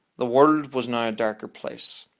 the world was now a darker place.